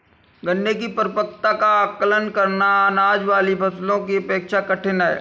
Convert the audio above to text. गन्ने की परिपक्वता का आंकलन करना, अनाज वाली फसलों की अपेक्षा कठिन है